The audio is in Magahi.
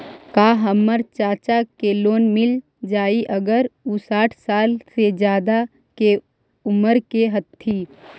का हमर चाचा के लोन मिल जाई अगर उ साठ साल से ज्यादा के उमर के हथी?